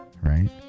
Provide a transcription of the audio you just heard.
right